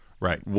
Right